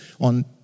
on